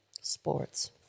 Sports